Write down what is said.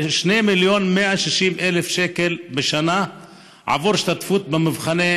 2,160,000 שקל בשנה עבור השתתפות במבחני